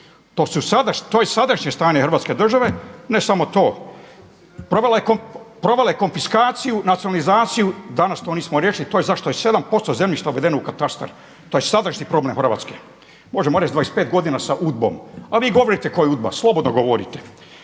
To je sadašnje stanje Hrvatske države. Ne samo to. Provela je konfiskaciju, nacionalizaciju, danas nismo to riješili. To je zašto je 7% zemljišta uvedeno u katastar. To je sadašnji problem Hrvatske. Možemo reći 25 godina sa UDBA-om, a vi govorite tko je UDBA slobodno govorite.